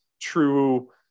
true